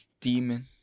demon